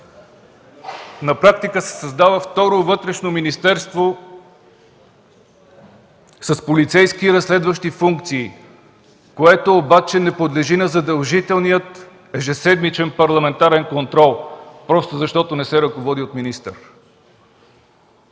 На практика се създава второ Вътрешно министерство с полицейски и разследващи функции, което обаче не подлежи на задължителния ежеседмичен парламентарен контрол, защото не се ръководи от министър.